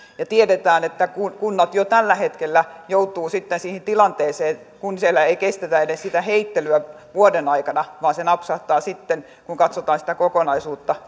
tiedetään että kunnat jo tällä hetkellä joutuvat sitten siihen tilanteeseen kun siellä ei kestetä edes sitä heittelyä vuoden aikana että se napsahtaa sitten aika nopeastikin kun katsotaan sitä kokonaisuutta